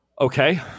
Okay